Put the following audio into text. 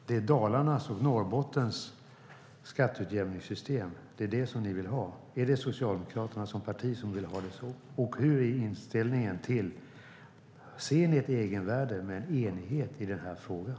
Är det Dalarnas och Norrbottens skatteutjämningssystem ni vill ha? Vill Socialdemokraterna som parti ha det så? Ser ni ett egenvärde med en enighet i frågan?